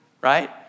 right